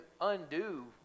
undo